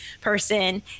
person